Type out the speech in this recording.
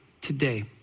today